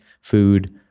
food